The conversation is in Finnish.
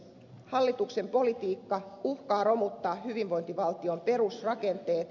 hallituksen politiikka uhkaa romuttaa hyvinvointivaltion perusrakenteet